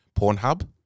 Pornhub